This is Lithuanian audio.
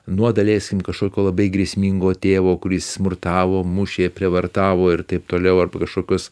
nuo daleiskim kažkokio labai grėsmingo tėvo kuris smurtavo mušė prievartavo ir taip toliau arba kažkokios